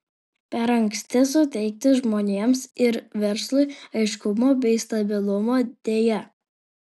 per anksti suteikti žmonėms ir verslui aiškumo bei stabilumo deja